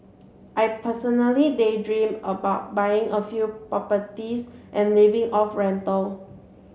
I personally daydream about buying a few properties and living off rental